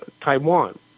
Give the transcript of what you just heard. Taiwan